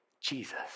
Jesus